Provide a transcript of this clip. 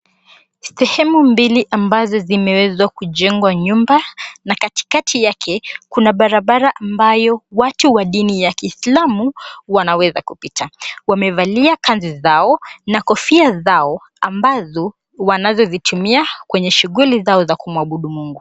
Sehemu mbili ambazo zimeweza kujengwa nyumba na katikati yake kuna barabara ambayo watu wa dini ya kiisilamu wanaweza kupita. Wamevalia kanzu zao na kofia zao ambazo wanazozitumia kwenye shughuli zao za kumuabudu Mungu.